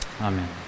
Amen